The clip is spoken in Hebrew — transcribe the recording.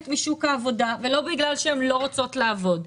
משוק העבודה ולא בגלל שהן לא רוצות לעבוד.